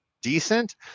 decent